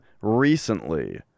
recently